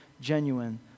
genuine